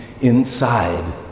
inside